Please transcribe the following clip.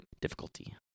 difficulty